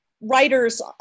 writers